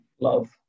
love